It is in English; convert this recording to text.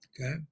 okay